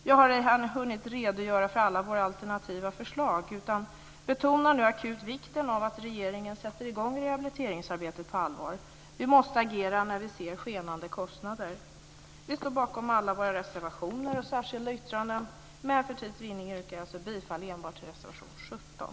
Jag har inte hunnit redogöra för alla våra alternativa förslag, men betonar nu vikten av att regeringen akut sätter i gång rehabiliteringsarbetet på allvar. Vi måste agera när vi ser skenande kostnader. Vi står bakom alla våra reservationer och särskilda yttranden, men för tids vinning yrkar jag alltså bifall enbart till reservation 17.